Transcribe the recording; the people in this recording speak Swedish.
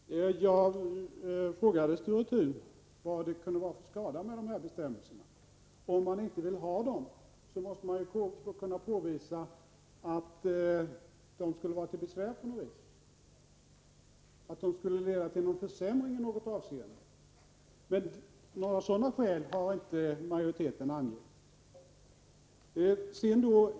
Herr talman! Jag frågade Sture Thun vad det kunde vara för skada med dessa bestämmelser. Om man inte vill ha dem måste man kunna påvisa att de är till besvär på något sätt eller leder till försämring i något avseende. Några sådana skäl har inte majoriteten angivit.